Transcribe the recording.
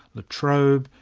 la trobe,